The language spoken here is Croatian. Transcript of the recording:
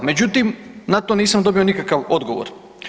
Međutim, na to nisam dobio nikakav odgovor.